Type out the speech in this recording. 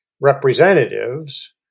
representatives